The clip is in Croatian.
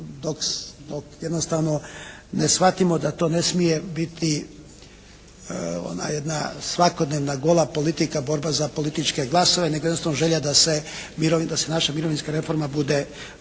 dok jednostavno ne shvatimo da to ne smije biti ona jedna svakodnevna gola politika, borba za političke glasove nego jednostavno želja da se, da se naša mirovinska reforma bude uspješna